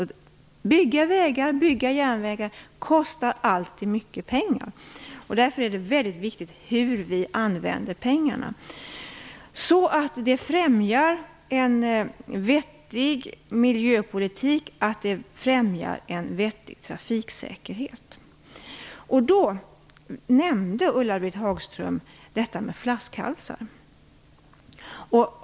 Att bygga vägar och järnvägar kostar alltid mycket pengar. Därför är det väldigt viktigt hur vi använder pengarna så att det främjar en vettig miljöpolitik och en vettig trafiksäkerhet. I det sammanhanget nämnde Ulla-Britt Hagström detta med flaskhalsar.